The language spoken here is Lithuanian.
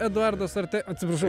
eduardas ar tai atsiprašau